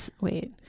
wait